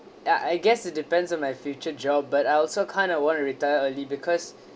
ya I guess it depends on my future job but I also kind of want to retire early because